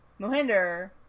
Mohinder